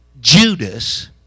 Judas